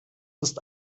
ist